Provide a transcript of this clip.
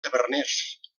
taverners